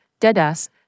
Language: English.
deadass